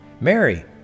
Mary